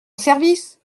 service